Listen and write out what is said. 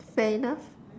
fair enough